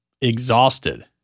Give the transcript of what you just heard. exhausted